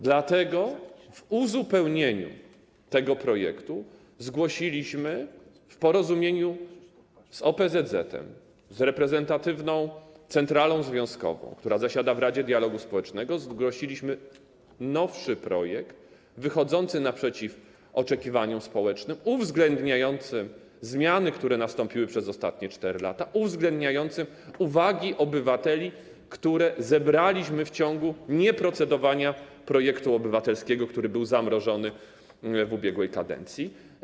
Dlatego w uzupełnieniu tego projektu zgłosiliśmy w porozumieniu z OPZZ-em, z reprezentatywną centralą związkową, która zasiada w Radzie Dialogu Społecznego, nowszy projekt wychodzący naprzeciw oczekiwaniom społecznym, uwzględniający zmiany, które nastąpiły przez ostatnie 4 lata, uwzględniający uwagi obywateli, które zebraliśmy w czasie nieprocedowania nad projektem obywatelskim, który był zamrożony w ubiegłej kadencji.